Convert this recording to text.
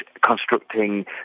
constructing